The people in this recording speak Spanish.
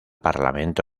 parlamento